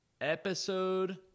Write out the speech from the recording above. episode